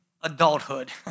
adulthood